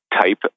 type